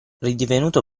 ridivenuto